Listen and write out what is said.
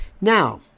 Now